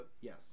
Yes